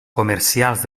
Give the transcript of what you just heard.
comercials